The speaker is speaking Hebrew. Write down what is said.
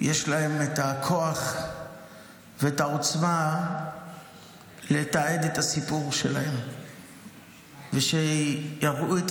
יש להם את הכוח ואת העוצמה לתעד את הסיפור שלהם ושיראו את